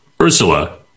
Ursula